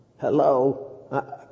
Hello